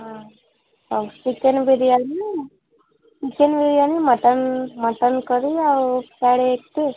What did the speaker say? ହଁ ଆଉ chicken biryani chicken biryani mutton mutton କରି ଆଉ